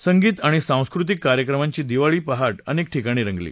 संगीत आणि सांस्कृतिक कार्यक्रमांची दिवाळी पहाट अनेक ठिकाणी रंगली